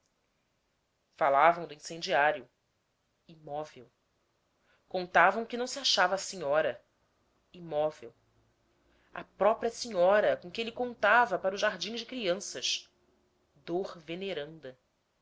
falavam do incendiário imóvel contavam que não se achava a senhora imóvel a própria senhora com quem ele contava para o jardim de crianças dor veneranda